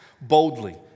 boldly